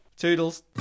Toodles